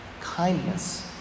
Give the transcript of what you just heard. Kindness